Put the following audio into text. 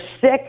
sick